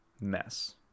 mess